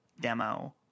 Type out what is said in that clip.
demo